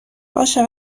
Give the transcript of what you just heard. باشه